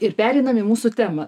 ir pereinam į mūsų temą